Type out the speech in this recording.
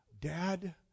Dad